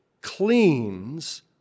cleans